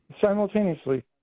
simultaneously